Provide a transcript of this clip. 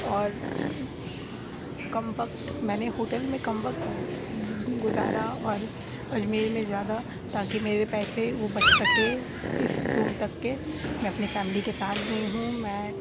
اور کم وقت میں نے ہوٹل میں کم وقت گزارا اور اجمیر میں زیادہ تاکہ میرے پیسے وہ بچ سکے اس روم تک کے میں اپنی فیملی کے ساتھ گئی ہوں میں